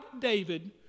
David